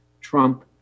Trump